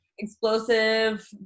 Explosive